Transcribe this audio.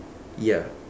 ya